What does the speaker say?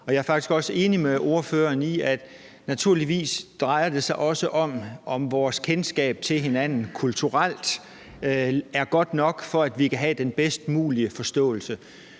Jeg er faktisk også enig med ordføreren i, at det naturligvis også drejer sig om, om vores kendskab til hinanden rent kulturelt er godt nok til, at vi kan få den bedst mulige forståelse